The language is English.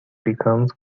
becomes